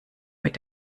mit